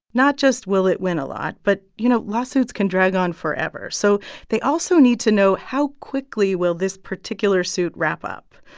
not just will it win a lot but, you know, lawsuits can drag on forever. so they also need to know, how quickly will this particular suit wrap up?